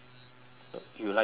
you like dua lipa